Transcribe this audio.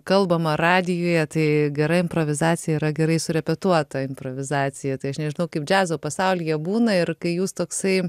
kalbama radijuje tai gera improvizacija yra gerai surepetuota improvizacija tai aš nežinau kaip džiazo pasaulyje būna ir kai jūs toksai